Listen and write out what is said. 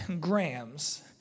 grams